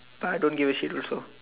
but I don't give a shit also